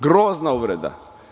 Grozna uvreda.